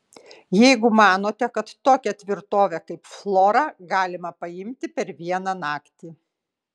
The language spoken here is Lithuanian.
jeigu manote kad tokią tvirtovę kaip flora galima paimti per vieną naktį